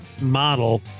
model